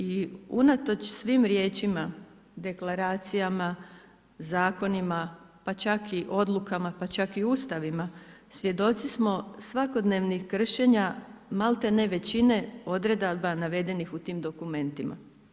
I unatoč svim riječima, deklaracijama, zakonima pa čak i odlukama, pa čak i ustavima, svjedoci smo svakodnevnih kršenja malti ne većine odredbama navedenih u tim dokumentima.